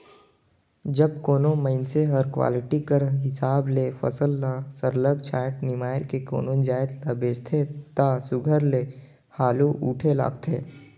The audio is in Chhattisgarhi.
जब कोनो मइनसे हर क्वालिटी कर हिसाब ले फसल ल सरलग छांएट निमाएर के कोनो जाएत ल बेंचथे ता सुग्घर ले हालु उठे लगथे